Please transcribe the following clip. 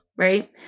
Right